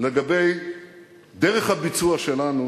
לגבי דרך הביצוע שלנו